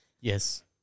Yes